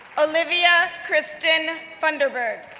olivia kristin funderburg,